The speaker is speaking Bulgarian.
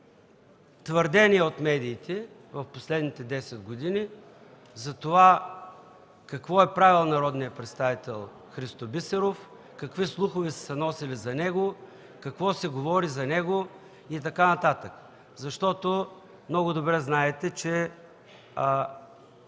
твърдения от медиите в последните 10 години – затова какво е правил народният представител Христо Бисеров, какви слухове са се носели за него, какво се говори за него и така нататък. Защото много добре знаете, че